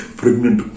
pregnant